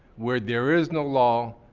where there is no law,